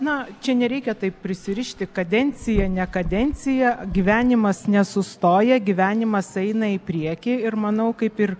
na čia nereikia taip prisirišti kadencija ne kadencija gyvenimas nesustoja gyvenimas eina į priekį ir manau kaip ir